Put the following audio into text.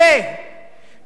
תגידו, במגרון